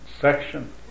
section